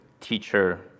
teacher